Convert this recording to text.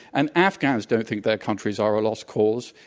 and afghans don't think their countries are a lost cause,